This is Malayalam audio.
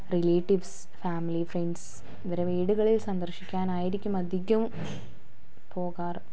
റിലേറ്റീവ്സ് ഫാമിലി ഫ്രണ്ട്സ് ഇവരെ വീടുകളിൽ സന്ദർശിക്കാൻ ആയിരിക്കും അധികവും പോകാറ്